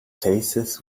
faces